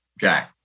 Jack